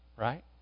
right